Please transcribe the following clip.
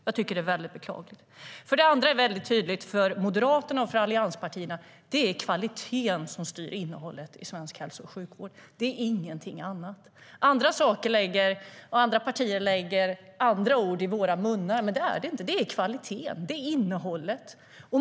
Jag tycker att det är väldigt beklagligt. För det andra är det väldigt tydligt för Moderaterna och allianspartierna att det är kvaliteten som styr innehållet i svensk hälso och sjukvård och ingenting annat. Andra partier lägger andra ord i munnen på oss, men det handlar om kvaliteten och innehållet.